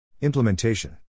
Implementation